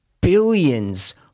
billions